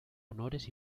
honores